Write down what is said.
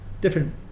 different